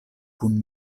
kun